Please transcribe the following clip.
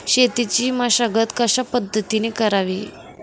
शेतीची मशागत कशापद्धतीने करावी?